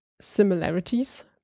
similarities